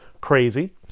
crazy